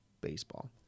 baseball